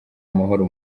amahoro